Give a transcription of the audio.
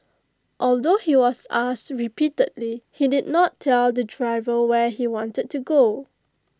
although he was asked repeatedly he did not tell the driver where he wanted to go